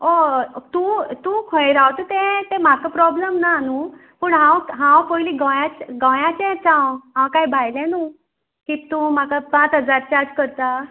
हय तूं तूं खंय रावता तें तें म्हाका प्रोब्लेम ना न्हू पूण हांव हांव पयलीं गोंयात गोंयाचेच हांव हांव काय भायलें न्हू कित तूं म्हाका पांच हजार चार्ज करता